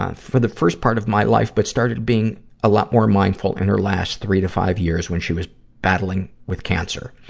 for the first part of my life, but started being a lot more mindful in her last three to five years, when she was battling with cancer.